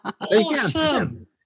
awesome